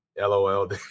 lol